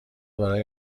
برای